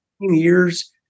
years